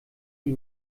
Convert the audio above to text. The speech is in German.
die